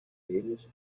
endemisch